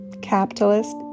Capitalist